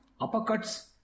uppercuts